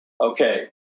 Okay